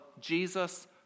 Jesus